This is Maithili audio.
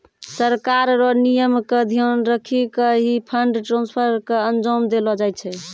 सरकार र नियम क ध्यान रखी क ही फंड ट्रांसफर क अंजाम देलो जाय छै